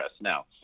Now